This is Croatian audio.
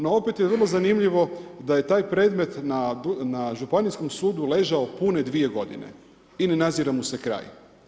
No opet je vrlo zanimljivo da je taj predmet na Županijskom sudu ležao pune dvije godine i ne nadzire mu se kraj.